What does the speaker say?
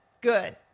good